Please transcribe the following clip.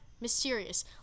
mysterious